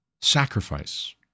sacrifice